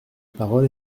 parole